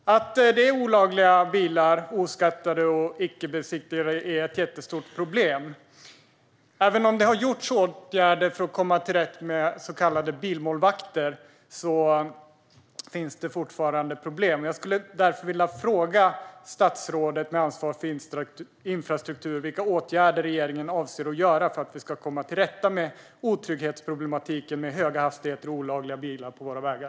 Att det är olagliga bilar, oskattade och icke besiktade, är ett jättestort problem. Även om det har vidtagits åtgärder för att komma till rätta med så kallade bilmålvakter finns det fortfarande problem. Jag skulle därför vilja fråga statsrådet med ansvar för infrastruktur vilka åtgärder regeringen avser att vidta för att vi ska komma till rätta med otrygghetsproblematiken med höga hastigheter och olagliga bilar på våra vägar.